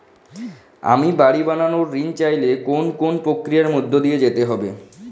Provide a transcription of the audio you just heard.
আমি বাড়ি বানানোর ঋণ চাইলে কোন কোন প্রক্রিয়ার মধ্যে দিয়ে যেতে হবে?